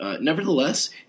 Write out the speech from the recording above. Nevertheless